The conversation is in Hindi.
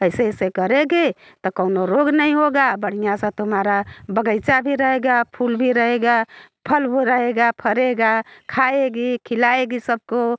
ऐसे ऐसे करोगी तो कौनो रोग नहीं होगा बढ़िया सा तुम्हारा बग़ीचा भी रहेगा फूल भी रहेगा फल वो रहेगा फलेगा खाएगी खिलाएगी सब को